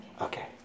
Okay